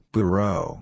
Bureau